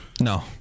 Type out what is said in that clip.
No